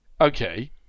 Okay